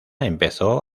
empezó